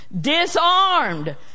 disarmed